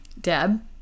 deb